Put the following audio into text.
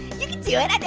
you can do it, and